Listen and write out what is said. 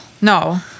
No